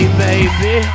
baby